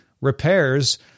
repairs